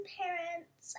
parents